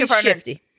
shifty